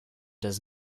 does